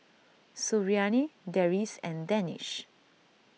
Suriani Deris and Danish